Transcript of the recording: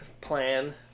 plan